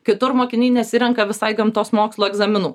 kitur mokiniai nesirenka visai gamtos mokslų egzaminų